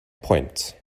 point